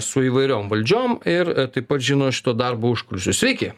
su įvairiom valdžiom ir taip pat žino šito darbo užkulisius sveiki